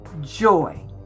joy